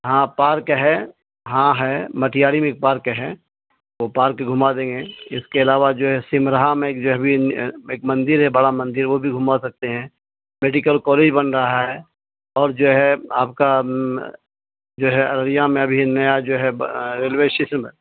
ہاں پارک ہے ہاں ہے مٹاری میں ایک پارک ہے وہ پارک گھما دیں گے اس کے علاوہ جو ہے سمرا میں ایک جو ہے بھی ایک مندر ہے بڑا مندر وہ بھی گھما سکتے ہیں میڈیکل کالج بن رہا ہے اور جو ہے آپ کا جو ہے ارریا میں ابھی نیا جو ہے ریلوے اسٹیشن میں